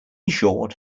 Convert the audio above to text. short